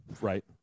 Right